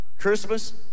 Christmas